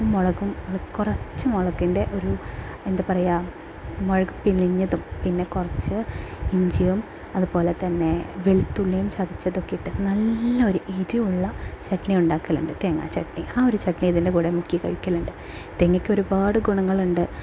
ഉപ്പും മുളകും കുറച്ച് മുളകിൻ്റെ ഒരു എന്താ പറയുക മുളക് പിഴിഞ്ഞതും പിന്നെ കുറച്ച് ഇഞ്ചിയും അതുപോലെ തന്നെ വെളുത്തുള്ളിയും ചതച്ചതൊക്കെ ഇട്ട് നല്ല ഒരു എരിവുള്ള ചട്നിയുണ്ടാക്കലുണ്ട് തേങ്ങാ ചട്നി ആ ഒരു ചട്നി ഇതിൻ്റെ കൂടെ മുക്കിക്കഴിക്കലുണ്ട് തേങ്ങക്ക് ഒരുപാട് ഗുണങ്ങളുണ്ട്